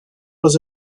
was